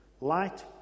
light